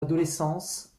adolescence